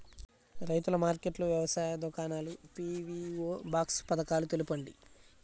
రైతుల మార్కెట్లు, వ్యవసాయ దుకాణాలు, పీ.వీ.ఓ బాక్స్ పథకాలు తెలుపండి?